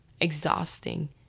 exhausting